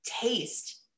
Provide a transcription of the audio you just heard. taste